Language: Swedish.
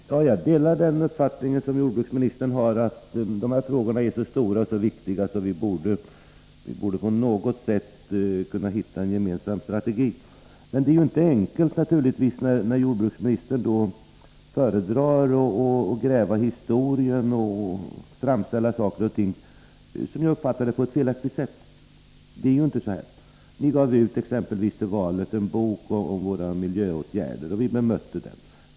Herr talman! Jag delar den uppfattning som jordbruksministern har, att dessa frågor är så stora och viktiga att vi på något sätt borde kunna hitta en gemensam strategi. Men det är naturligtvis inte enkelt, när jordbrukministern föredrar att gräva i historien och framställa saker och ting, som jag uppfattar det, på ett felaktigt sätt. Det är inte så som han säger. Ni gav exempelvis till valet ut en bok om våra miljöåtgärder, och vi bemötte den.